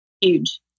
Huge